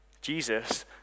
Jesus